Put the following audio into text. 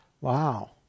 Wow